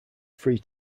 free